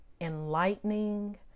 enlightening